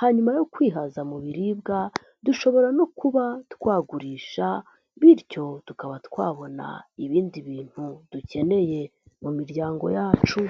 hanyuma yo kwihaza mu biribwa, dushobora no kuba twagurisha bityo tukaba twabona ibindi bintu dukeneye mu miryango yacu.